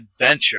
adventure